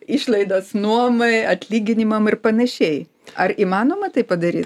išlaidas nuomai atlyginimam ir panašiai ar įmanoma tai padaryt